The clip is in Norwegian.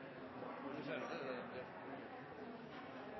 er gode tiltak. Det er